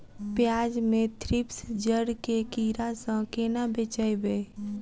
प्याज मे थ्रिप्स जड़ केँ कीड़ा सँ केना बचेबै?